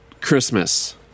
Christmas